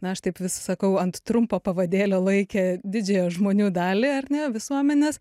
na aš taip vis sakau ant trumpo pavadėlio laikė didžiąją žmonių dalį ar ne visuomenės